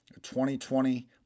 2020